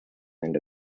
into